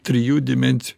trijų dimensijų